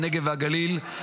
הנגב והגליל,